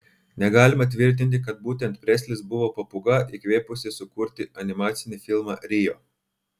negalima tvirtinti kad būtent preslis buvo papūga įkvėpusi sukurti animacinį filmą rio